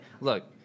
Look